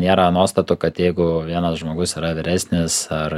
nėra nuostatų kad jeigu vienas žmogus yra vyresnis ar